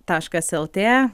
taškas lt